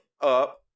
up